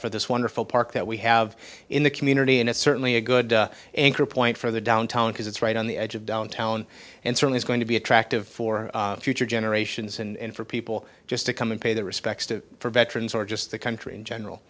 for this wonderful park that we have in the community and it's certainly a good anchor point for the downtown because it's right on the edge of downtown and certainly is going to be attractive for future generations and for people just to come and pay their respects to veterans or just the country in